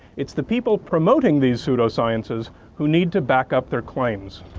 it's the people promoting these pseudosciences who need to back up their claims.